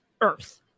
Earth